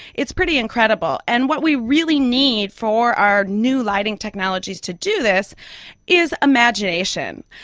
it's pretty incredible. and what we really need for our new lighting technologies to do this is imagination.